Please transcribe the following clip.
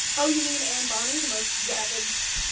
oh, you mean anne bonny the most yeah savage,